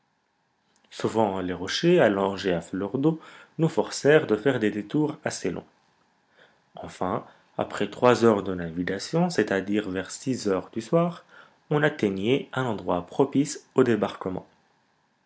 souvent les rochers allongés à fleur d'eau nous forcèrent de faire des détours assez longs enfin après trois heures de navigation c'est-à-dire vers six heures du soir on atteignait un endroit propice au débarquement